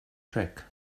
track